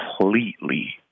completely